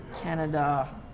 Canada